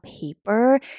paper